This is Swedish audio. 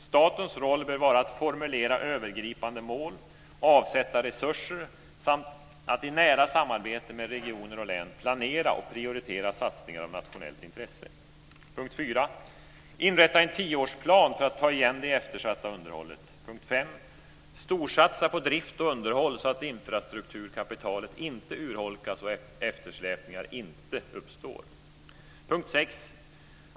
Statens roll bör vara att formulera övergripande mål, avsätta resurser samt att i nära samarbete med regioner och län planera och prioritera satsningar av nationellt intresse. Inrätta en tioårsplan för att ta igen det eftersatta underhållet. Storsatsa på drift och underhåll så att infrastrukturkapitalet inte urholkas och eftersläpningar inte uppstår.